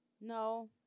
No